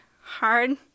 hard